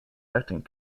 acting